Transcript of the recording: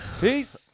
Peace